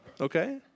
Okay